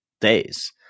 days